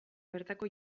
bertako